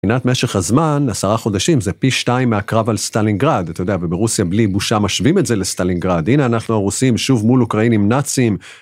מנת משך הזמן עשרה חודשים זה פי שתיים מהקרב על סטלינגרד אתה יודע וברוסיה בלי בושה משווים את זה לסטלינגרד הנה אנחנו הרוסים שוב מול אוקראינים נאצים.